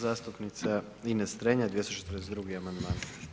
Zastupnica Ines Strenja, 242. amandman.